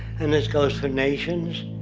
and this goes for nations,